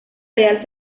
real